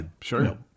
Sure